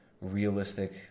realistic